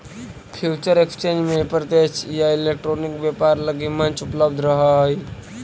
future exchange में प्रत्यक्ष या इलेक्ट्रॉनिक व्यापार लगी मंच उपलब्ध रहऽ हइ